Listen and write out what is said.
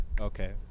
Okay